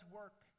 work